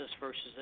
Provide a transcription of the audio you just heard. versus